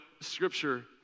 scripture